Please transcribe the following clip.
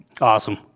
Awesome